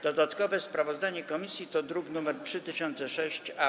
Dodatkowe sprawozdanie komisji to druk nr 3006-A.